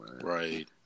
Right